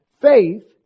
Faith